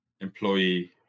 employee